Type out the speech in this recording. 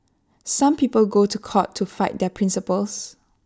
some people go to court to fight their principles